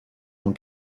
mon